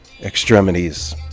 extremities